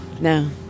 No